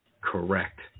Correct